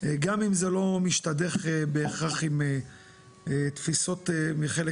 גם אם זה לא משתדך בהכרח לתפיסות של חלק